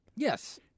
Yes